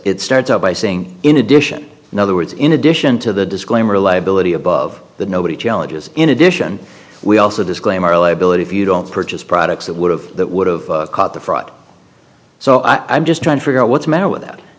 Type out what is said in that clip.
it starts out by saying in addition in other words in addition to the disclaimer liability above that nobody challenges in addition we also disclaim our liability if you don't purchase products that would have that would have caught the fraud so i am just trying to figure out what's the matter with that